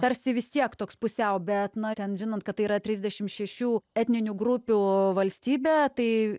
tarsi vis tiek toks pusiau bet na ten žinant kad tai yra trisdešim šešių etninių grupių valstybė tai